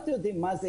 אתם יודעים מה זה?